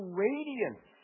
radiance